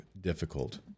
difficult